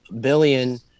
billion